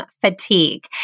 fatigue